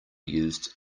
used